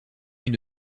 une